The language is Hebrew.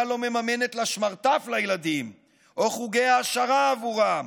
לא מממנת לה שמרטף לילדים או חוגי העשרה עבורם,